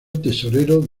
tesorero